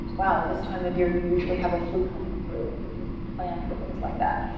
wow, this time of year you usually have a flu coming through, and you can plan for things like that.